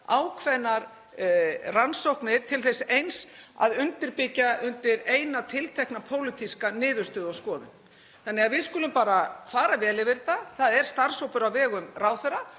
ákveðnar rannsóknir til þess eins að undirbyggja undir eina tiltekna pólitíska niðurstöðu og skoðun. Þannig að við skulum bara fara vel yfir þetta. Það er starfshópur á vegum ráðherra